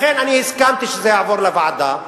לכן אני הסכמתי שזה יעבור לוועדה,